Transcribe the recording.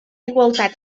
igualtat